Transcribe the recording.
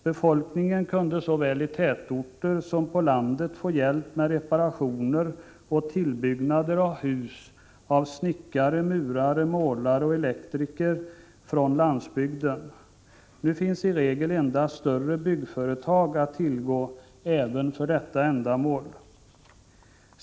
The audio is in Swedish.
Befolkningen kunde såväl i tätorter som på landet få hjälp med reparationer och tillbyggnader av hus av snickare, murare, målare och elektriker från landsbygden. Nu finns även för detta ändamål i regel endast större byggföretag att tillgå.